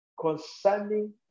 concerning